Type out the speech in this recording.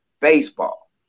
baseball